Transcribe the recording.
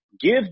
give